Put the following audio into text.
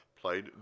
played